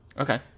Okay